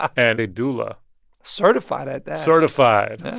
and a doula certified at that. certified,